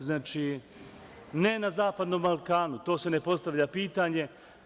Znači, ne na zapadnom Balkanu, to se ne postavlja pitanje.